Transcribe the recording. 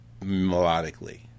melodically